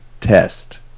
test